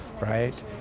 right